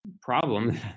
problem